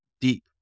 deep